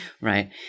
Right